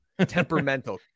temperamental